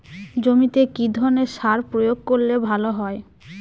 জমিতে কি ধরনের সার প্রয়োগ করলে ভালো হয়?